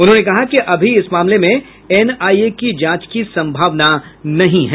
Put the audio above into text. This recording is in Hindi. उन्होंने कहा कि अभी इस मामले में एनआईए की जांच की सम्भावना नहीं है